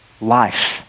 life